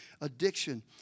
addiction